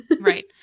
Right